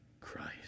Christ